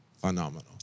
phenomenal